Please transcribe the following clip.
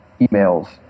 emails